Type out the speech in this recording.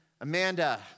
Amanda